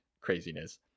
craziness